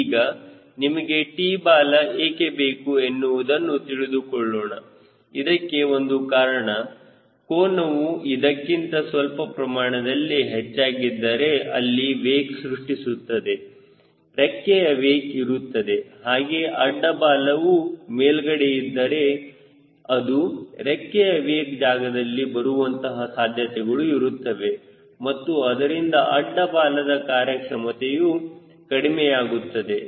ಈಗ ನಿಮಗೆ T ಬಾಲ ಏಕೆ ಬೇಕು ಎನ್ನುವುದನ್ನು ತಿಳಿದುಕೊಳ್ಳೋಣ ಇದಕ್ಕೆ ಒಂದು ಕಾರಣ ಕೋನವು ಇದಕ್ಕಿಂತ ಸ್ವಲ್ಪ ಪ್ರಮಾಣದಲ್ಲಿ ಹೆಚ್ಚಾಗಿದ್ದರೆ ಅಲ್ಲಿ ವೇಕ್ ಸೃಷ್ಟಿಸುತ್ತದೆ ರೆಕ್ಕೆಯ ವೇಕ್ ಇರುತ್ತವೆ ಹಾಗೆ ಅಡ್ಡ ಬಾಲವು ಮೇಲ್ಗಡೆ ಇದ್ದರೆ ಅದು ರೆಕ್ಕೆಯ ವೇಕ್ ಜಾಗದಲ್ಲಿ ಬರುವಂತಹ ಸಾಧ್ಯತೆಗಳು ಇರುತ್ತವೆ ಮತ್ತು ಅದರಿಂದ ಅಡ್ಡ ಬಾಲದ ಕಾರ್ಯಕ್ಷಮತೆಯು ಕಡಿಮೆಯಾಗುತ್ತದೆ